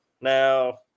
Now